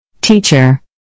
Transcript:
Teacher